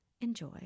enjoy